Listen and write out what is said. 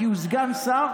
כי הוא סגן שר